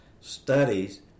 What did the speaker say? studies